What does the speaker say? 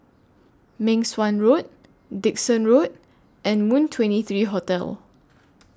Meng Suan Road Dickson Road and Moon twenty three Hotel